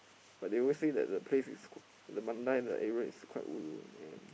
but they always say that the place is k~ the Mandai that area is quite ulu and